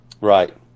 Right